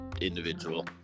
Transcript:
individual